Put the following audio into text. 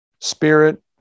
spirit